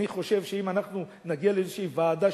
אני חושב שאם אנחנו נגיע לאיזו ועדה,